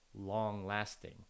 long-lasting